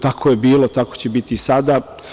Tako je bilo i tako će biti do sada.